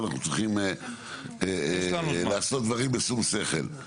ואנחנו צריכים לעשות דברים בשום שכל.